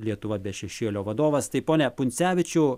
lietuva be šešėlio vadovas tai pone puncevičiau